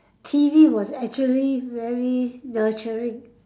T_V was actually very nurturing